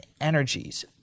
energies